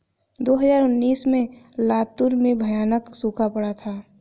दो हज़ार उन्नीस में लातूर में भयानक सूखा पड़ा था